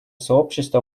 сообщество